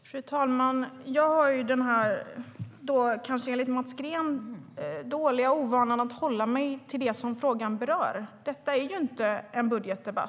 Fru talman! Jag har den, enligt Mats Green, dåliga vanan att hålla mig till det som frågan berör. Detta är inte en budgetdebatt.